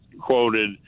quoted